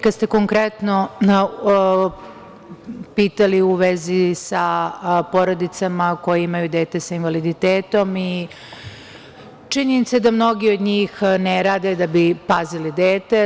Kada ste konkretno pitali u vezi sa porodicama koje imaju dete sa invaliditetom, činjenica je da mnogi od njih ne rade da bi pazili dete.